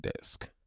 desk